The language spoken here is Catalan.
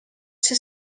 ser